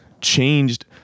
changed